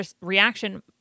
reaction